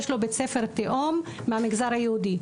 יש לו בית ספר תאום מהמגזר היהודי,